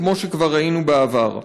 כמו שכבר ראינו בעבר.